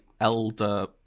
Elder